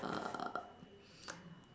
err